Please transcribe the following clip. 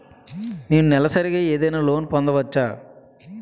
నేను నెలసరిగా ఏదైనా లోన్ పొందవచ్చా?